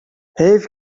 حیف